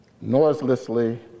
noiselessly